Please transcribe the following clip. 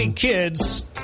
Kids